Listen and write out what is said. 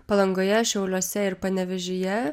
palangoje šiauliuose ir panevėžyje